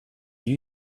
you